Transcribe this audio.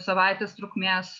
savaitės trukmės